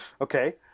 Okay